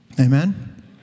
amen